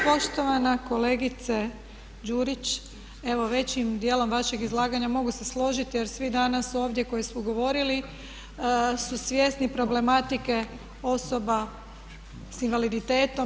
Poštovana kolegice Đurić, evo većim djelom vašeg izlaganja mogu se složiti jer svi danas ovdje koji su govorili su svjesni problematike osoba s invaliditetom.